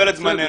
נדבר,